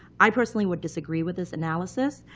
i personally would disagree with this analysis.